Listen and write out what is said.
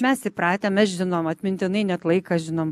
mes įpratę mes žinom atmintinai net laiką žinom